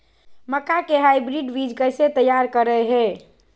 मक्का के हाइब्रिड बीज कैसे तैयार करय हैय?